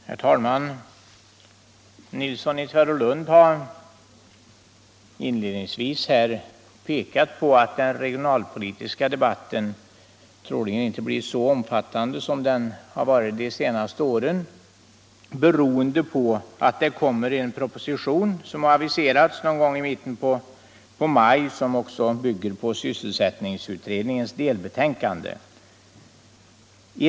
Herr talman! Herr Nilsson i Tvärålund har inledningsvis pekat på att den regionalpolitiska debatten troligen inte blir så omfattande som den har varit de senaste åren, beroende på att det aviserats att en proposition, som bygger på sysselsättningsutredningens delbetänkande, skall komma i mitten på maj.